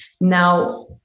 now